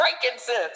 frankincense